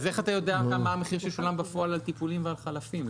אז איך אתה יודע מה המחיר ששולם בפועל על טיפולים ועל חלפים.